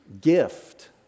gift